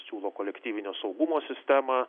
siūlo kolektyvinio saugumo sistemą